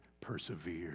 persevere